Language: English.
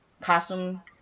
costume